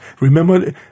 Remember